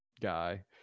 guy